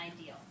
ideal